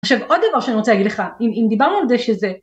עכשיו עוד דבר שאני רוצה להגיד לך, אם דיברנו על זה שזה